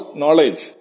knowledge